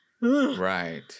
Right